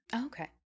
Okay